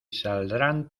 saldrán